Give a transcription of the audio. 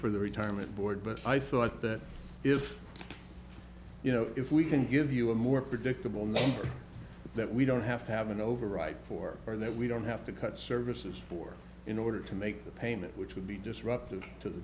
for the retirement board but i thought that if you know if we can give you a more predictable name that we don't have to have an override for or that we don't have to cut services for in order to make the payment which would be disruptive to the